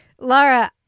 Laura